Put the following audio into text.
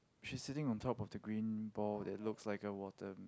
she's sitting on top of the green ball that looks like a water